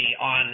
on